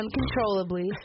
uncontrollably